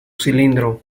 cilindro